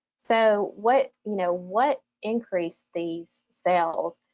so what you know what increased these sales?